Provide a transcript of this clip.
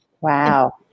Wow